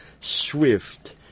swift